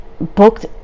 Booked